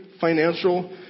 financial